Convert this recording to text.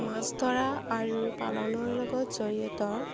মাছ ধৰা আৰু পালনৰ লগত জড়িয়তৰ